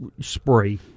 spray